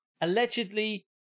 Allegedly